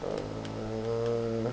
err